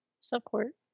Support